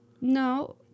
No